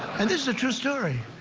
and this is a true story.